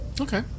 Okay